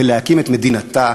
בלהקים את מדינתה,